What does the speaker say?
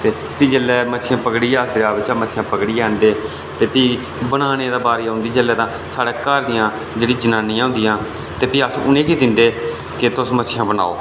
प्ही जेल्लै मच्छलियां पकड़ियै दरेआ बिच्चा आह्नदे ते प्ही बनाने दी बारी जेल्लै औंदी तां साढ़े घर दियां जेह्कियां जनानियां होंदियां ते भी अस उ'नेंगी दिंदे की भई मछलियां बनाओ